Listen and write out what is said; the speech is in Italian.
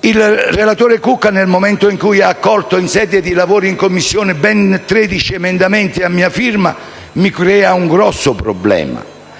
Il relatore Cucca, nel momento in cui ha accolto durante i lavori in Commissione ben 13 emendamenti a mia firma, mi ha creato un grosso problema,